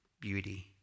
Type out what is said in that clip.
beauty